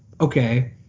Okay